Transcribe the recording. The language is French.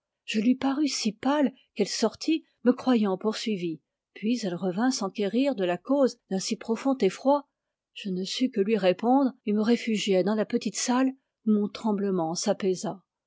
je lui parus si pâle qu'elle sortit me croyant poursuivi puis elle revint s'enquérir de la cause d'un si profond effroi je ne sus que lui répondre et me réfugiai dans la petite salle où mon tremblement s'apaisa